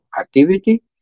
activity